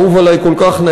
האהוב עלי כל כך,